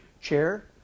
chair